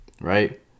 right